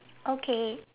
okay